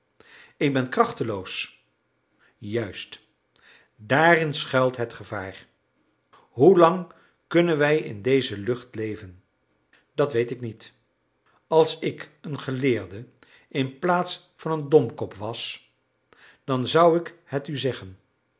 ik ben krachteloos juist daarin schuilt het gevaar hoelang kunnen wij in deze lucht leven dat weet ik niet als ik een geleerde inplaats van een domkop was dan zou ik het u zeggen